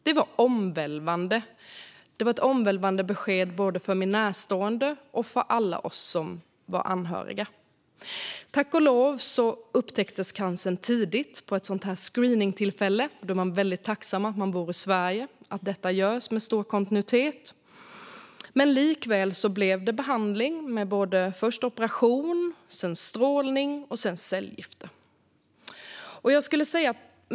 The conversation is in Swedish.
Det var ett omvälvande besked både för min närstående och för alla anhöriga. Tack och lov upptäcktes cancern tidigt vid ett screeningtillfälle. Då är man tacksam för att man bor i Sverige och att dessa screeningar görs med stor kontinuitet. Likväl blev det behandling med först operation, sedan strålning och sedan cellgifter.